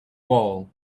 wall